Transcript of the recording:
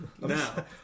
Now